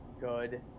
Good